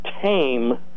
tame